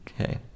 Okay